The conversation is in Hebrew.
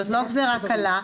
זאת לא גזרה קלה.